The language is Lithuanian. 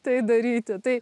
tai daryti tai